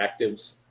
actives